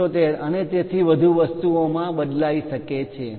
75 અને તેથી વધુ વસ્તુઓમાં બદલાઈ શકે છે